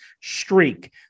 streak